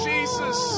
Jesus